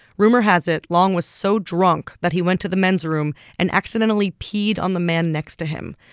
rumor has it long was so drunk that he went to the men's room and accidentally peed on the man next to him.